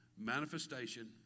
manifestation